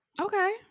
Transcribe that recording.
okay